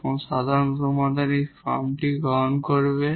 এখন সাধারণ সমাধান এই ফর্মটি গ্রহণ করবে